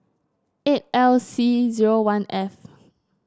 eight L C zero one F